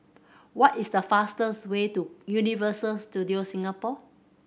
what is the fastest way to Universal Studios Singapore